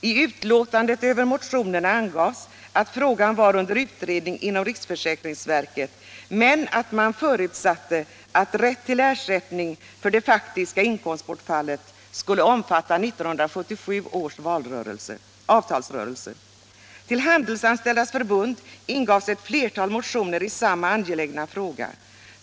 I utlåtandet över motionerna angavs att frågan var under utredning inom riksförsäkringsverket men att man förutsatte att rätt till ersättning för - Nr 136 det faktiska inkomstbortfallet skulle omfatta 1977 års avtalsrörelse. Till Handelsanställdas förbund ingavs flera motioner i samma angelägna fråga.